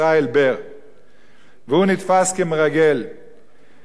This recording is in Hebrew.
והוא נתפס כמרגל והמדינה הזדעזעה.